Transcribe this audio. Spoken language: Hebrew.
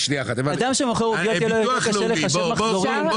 אדם שמוכר עוגיות, יהיה לו קשה לחשב מחזורים.